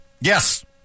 Yes